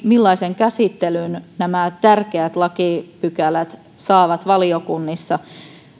millaisen käsittelyn nämä tärkeät lakipykälät saavat valiokunnissa